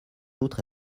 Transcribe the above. outre